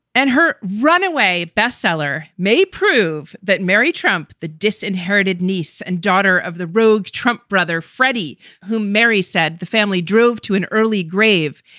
and her runaway bestseller may prove that mary trump, the disinherited niece and daughter of the rogue trump brother freddie, who mary said the family drove to an early grave,